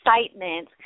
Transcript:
excitement